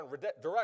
direct